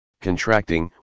contracting